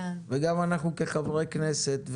גם אנחנו כחברי כנסת,